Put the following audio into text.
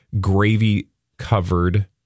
gravy-covered